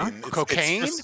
cocaine